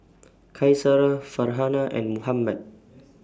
Qaisara Farhanah and Muhammad